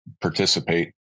participate